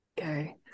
okay